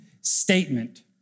statement